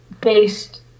based